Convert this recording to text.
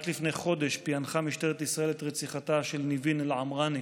רק לפני חודש פענחה משטרת ישראל את רציחתה של ניבין אל-עמרני,